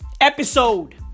Episode